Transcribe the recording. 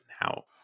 now